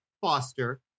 Foster